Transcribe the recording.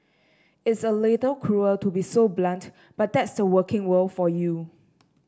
it's a little cruel to be so blunt but that's the working world for you